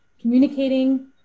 communicating